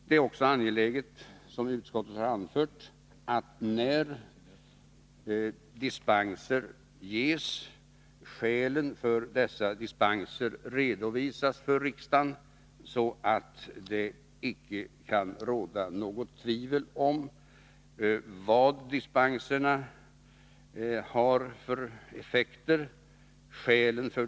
Det är också angeläget att när dispenser ges, skälen för dessa redovisas för riksdagen, så att det icke kan råda något tvivel om vilka effekter dispenserna får.